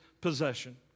possession